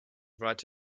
write